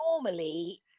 normally